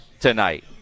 tonight